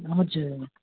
हजुर